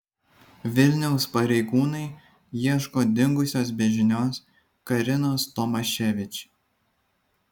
vilniaus pareigūnai ieško dingusios be žinios karinos tomaševič